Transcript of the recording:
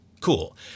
Cool